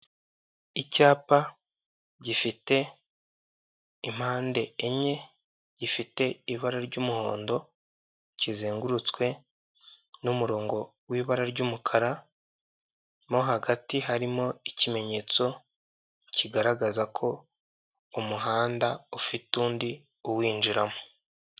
Icyapa gifite impande enye, gifite ibara ry'umuhondo, kizengurutswe n'umurongo w'ibara ry'umukara. Mo hagati harimo ikimenyetso kigaragaza ko umuhanda ufite undi uwinjiramo.